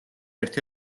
ერთ